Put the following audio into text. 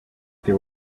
there